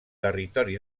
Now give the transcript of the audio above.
territori